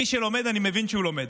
מי שלומד אני מבין שהוא לומד,